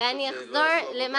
את חושבת שלא עשו עבודה?